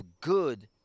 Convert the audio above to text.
good